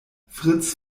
fritz